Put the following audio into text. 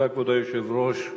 כבוד היושב-ראש,